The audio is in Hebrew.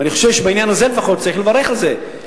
ואני חושב שבעניין הזה לפחות צריך לברך על זה,